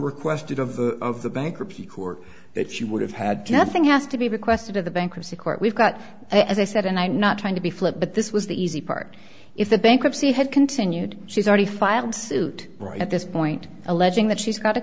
requested of the of the bankruptcy court that she would have had nothing has to be requested of the bankruptcy court we've got as i said and i'm not trying to be flip but this was the easy part if the bankruptcy had continued she's already filed suit right at this point alleging that she's got